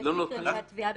יש מקרים שהתביעה,